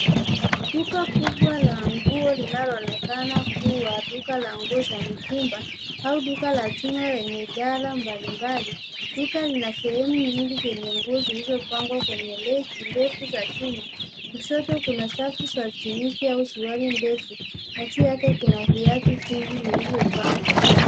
Duka kubwa la nguo linaloonekana kuwa duka la nguo za mitumba au duka la chumba lenye idara mbalimbali. Duka lina sehemu nyingi zenye nguo zilizopangwa kwenye reki ndefu za chuma .Kushoto kuna safu za Chinese au suruali ndefu na juu yake kuna viatu vingi vilivyopangwa.